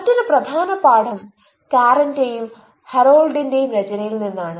മറ്റൊരു പ്രധാന പാഠം കാരന്റെയും ഹരോൾഡിന്റെയും രചനയിൽ നിന്നാണ്